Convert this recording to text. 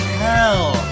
hell